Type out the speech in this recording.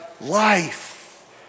life